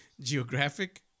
geographic